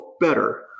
better